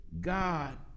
God